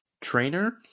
trainer